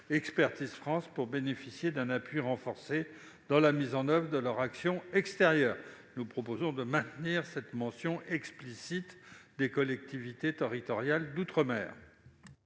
Expertise France pour bénéficier d'un appui renforcé dans la mise en oeuvre de leur action extérieure. Nous proposons de maintenir la mention explicite aux collectivités territoriales d'outre-mer.